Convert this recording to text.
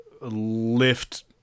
lift